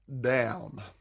Down